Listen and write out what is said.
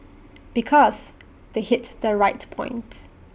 because they hit the right point